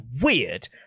weird